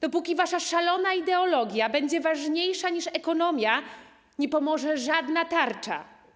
Dopóki wasza szalona ideologia będzie ważniejsza niż ekonomia, nie pomoże żadna tarcza.